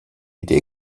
idee